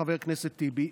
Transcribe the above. חבר הכנסת טיבי,